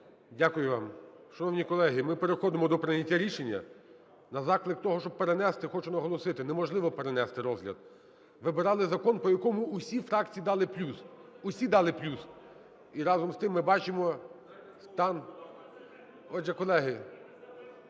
Дякую вам. Шановні колеги, ми переходимо до прийняття рішення. На заклик того, щоб перенести, хочу наголосити: неможливо перенести розгляд. Вибирали закон, по якому усі фракції дали плюс, усі дали плюс. І, разом з тим, ми бачимо стан. Отже, колеги…